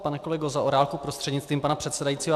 Pane kolego Zaorálku prostřednictvím pana předsedajícího.